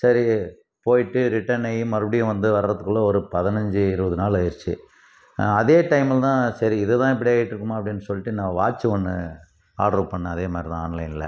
சரி போயிட்டு ரிட்டன்னாகி மறுபடியும் வந்து வரதுக்குள்ளெ ஒரு பதினஞ்சி இருபது நாள் ஆயிடுச்சு அதே டைமில் தான் சரி இதை தான் இப்படி ஆயிட்டுருக்குமோ அப்படினு சொல்லிட்டு நான் வாட்ச்சு ஒன்று ஆடரு பண்ணிணேன் அதே மாதிரி தான் ஆன்லைனில்